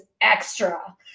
extra